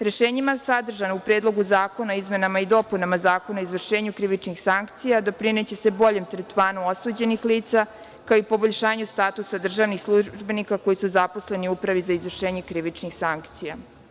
Rešenjima sadržanim u Predlogu zakona o izmenama i dopunama Zakona o izvršenju krivičnih sankcija doprineće se boljem tretmanu osuđenih lica, kao i poboljšanju statusa državnih službenika koji su zaposleni u Upravi za izvršenje krivičnih sankcija.